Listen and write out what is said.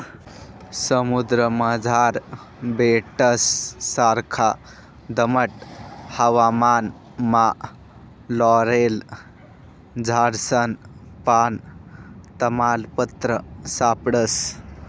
समुद्रमझार बेटससारखा दमट हवामानमा लॉरेल झाडसनं पान, तमालपत्र सापडस